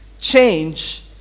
Change